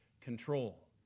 control